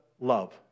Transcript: love